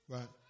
Right